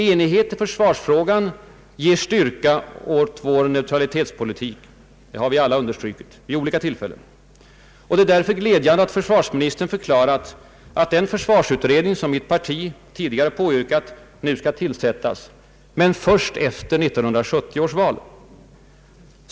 Enighet i försvarsfrågan ger styrka åt vår neutralitetspolitik — det har vi alla vid olika tillfällen understrukit. Det är därför glädjande att försvarsministern förklarat att den försvarsutredning som mitt parti tidigare påyrkat nu skall tillsättas — men först efter 1970 års val.